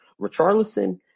Richarlison